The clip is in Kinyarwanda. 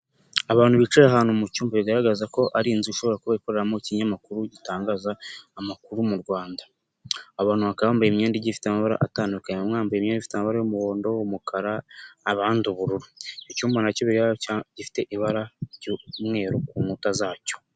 Abantu bicaye ahantu mu cyumba bigaragaza ko ari inzu ishobora kuba ikoreramo ikinyamakuru gitangaza amakuru mu Rwanda. Abantu baka bambaye imyenda igiigifite amabara atandukanye, bamwe bambaye imyenda ifite amabara y'umuhondo, umukara abandi ubururu. Icyumba nacyo bigaragara ko gifite ibara ry'umweru ku nkuta zacyo.